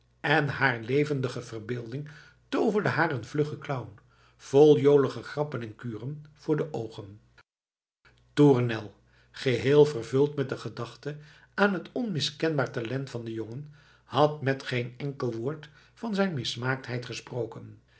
en haar levendige verbeelding tooverde haar een vluggen clown vol jolige grappen en kuren voor de oogen tournel geheel vervuld met de gedachte aan het onmiskenbaar talent van den jongen had met geen enkel woord van zijn mismaaktheid gesproken